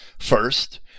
First